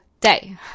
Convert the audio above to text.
day